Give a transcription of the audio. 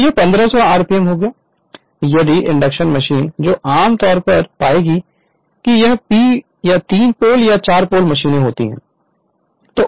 तो यह 1500 RPM होगा यदि इंडक्शन मशीन जो आम तौर पर पाएगी कि यह P P या 3 पोल 4 पोल मशीन होगी